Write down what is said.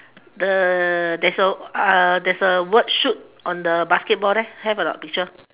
the there's a uh there's a word shoot on the basketball there have or not picture